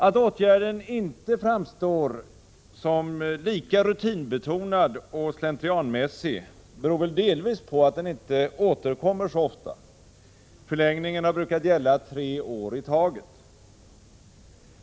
Att åtgärden inte framstår som lika rutinbetonad och slentrianmässig beror väl delvis på att den inte återkommer så ofta — förlängningen har brukat gälla tre år i taget.